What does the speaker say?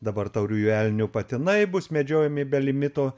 dabar tauriųjų elnių patinai bus medžiojami be limito